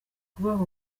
kubaha